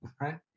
right